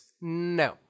No